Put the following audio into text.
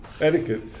Etiquette